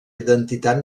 identitat